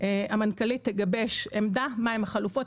המנכ"לית תגבש עמדה מה הם החלופות.